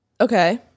Okay